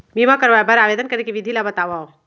बीमा करवाय बर आवेदन करे के विधि ल बतावव?